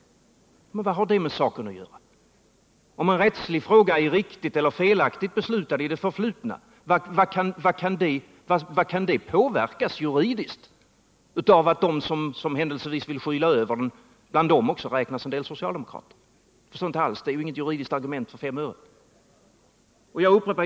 Men vad har det förhållandet med saken att göra? Om en rättslig fråga är riktigt eller felaktigt beslutad i det förflutna — hur kan det påverkas juridiskt av att det bland dem som händelsevis vill skyla över det hela också finns en del socialdemokrater? ; Jag förstår inte alls — detta är ju inget juridiskt argument för fem öre.